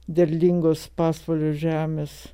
derlingos pasvalio žemės